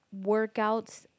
workouts